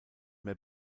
mehr